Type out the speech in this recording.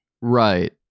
Right